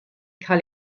cael